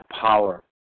power